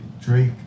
Drake